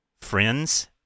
Friends